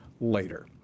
later